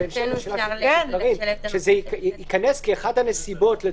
שזה ייכנס כאחת הנסיבות.